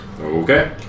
Okay